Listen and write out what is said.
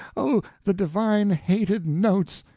oh, the divine hated notes!